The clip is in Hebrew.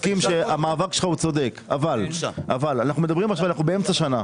אנו מסכימים שהמאבק שלך צודק אבל אנחנו באמצע שונה.